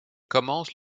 commence